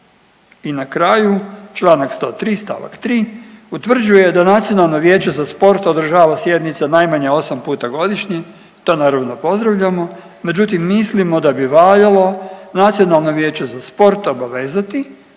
i na kraju Članak 103. stavak 3. utvrđuje da Nacionalno vijeće za sport održava sjednice najmanje 8 puta godišnje, to naravno pozdravljamo. Međutim, mislimo da bi valjalo Nacionalno vijeće za sport obavezati